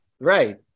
Right